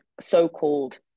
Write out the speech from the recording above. so-called